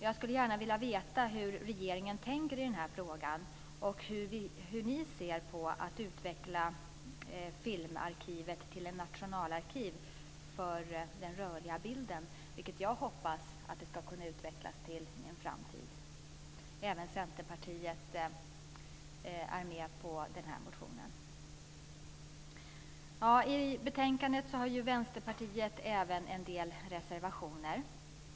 Jag skulle gärna vilja veta hur regeringen tänker i frågan och hur regeringen ser på att utveckla filmarkivet till ett nationalarkiv för den rörliga bilden, vilket jag hoppas att arkivet ska utvecklas till i en framtid. Även Centerpartiet är med i denna motion. Till betänkandet har Vänsterpartiet även fogat en del reservationer.